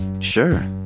Sure